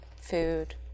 food